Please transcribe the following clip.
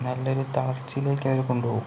നല്ലൊരു തളർച്ചയിലേക്ക് അവരെ കൊണ്ടുപോവും